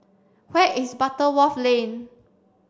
where is Butterworth Lane